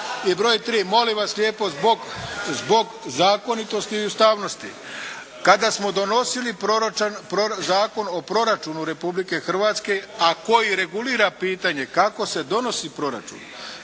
I broj tri. Molim vas lijepo zbog zakonitosti i ustavnosti. Kada smo donosili proračun, Zakon o proračunu Republike Hrvatske a koji regulira pitanje kako se donosi proračun